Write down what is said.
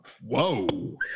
Whoa